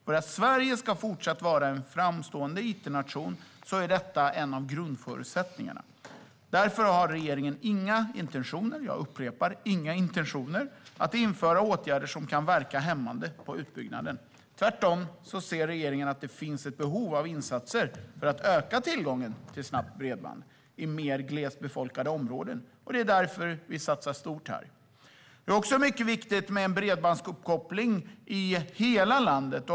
För att Sverige fortsatt ska vara en framstående it-nation är det en av grundförutsättningarna. Därför har regeringen inga intentioner - jag upprepar, inga intentioner - att införa åtgärder som kan verka hämmande på utbyggnaden. Regeringen ser tvärtom att det finns ett behov av insatser för att öka tillgången till snabbt bredband i mer glest befolkade områden. Det är därför vi satsar stort här. Det är också mycket viktigt med en bredbandsuppkoppling i hela landet.